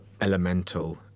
elemental